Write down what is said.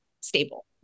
stable